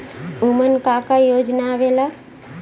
उमन का का योजना आवेला?